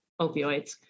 opioids